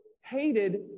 hated